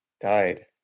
died